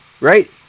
right